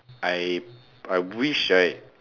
I I wish right